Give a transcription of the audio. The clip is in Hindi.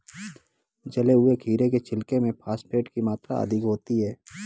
जले हुए खीरे के छिलके में फॉस्फेट की मात्रा अधिक होती है